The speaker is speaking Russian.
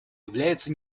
является